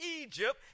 Egypt